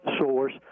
source